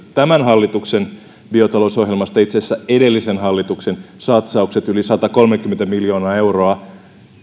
tämän hallituksen biotalousohjelmasta ja itse asiassa edellisen hallituksen satsaukset yli satakolmekymmentä miljoonaa euroa